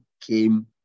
came